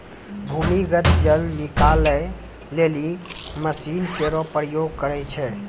भूमीगत जल निकाले लेलि मसीन केरो प्रयोग करै छै